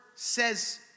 says